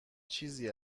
چیزی